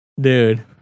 Dude